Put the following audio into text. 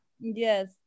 Yes